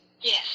Yes